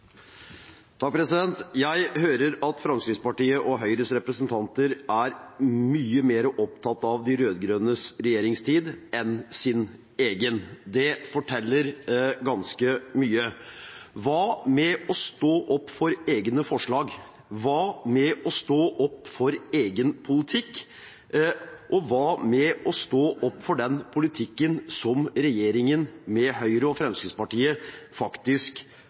mye mer opptatt av de rød-grønnes regjeringstid enn sin egen. Det forteller ganske mye. Hva med å stå opp for egne forslag? Hva med å stå opp for egen politikk? Hva med å stå opp for den politikken som regjeringen med Høyre og Fremskrittspartiet faktisk